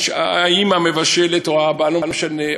האימא מבשלת או האבא, לא משנה.